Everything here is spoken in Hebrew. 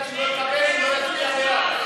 קארין, עד שלא נקבל, אם לא נצביע בעד.